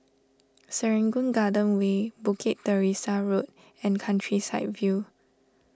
Serangoon Garden Way Bukit Teresa Road and Countryside View